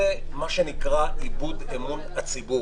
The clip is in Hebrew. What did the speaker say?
זה מה שנקרא איבוד אמון הציבור.